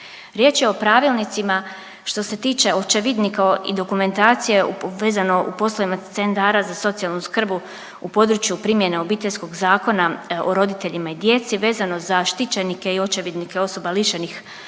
riječ je o pravilnicima što se tiče očevidnika i dokumentacije vezano u poslovima centara za socijalnu skrb u području primjene Obiteljskog zakona o roditeljima i djeci vezano za štićenike i očevidnike osoba lišenih